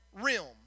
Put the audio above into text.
realm